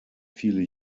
viele